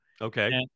okay